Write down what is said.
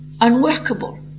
unworkable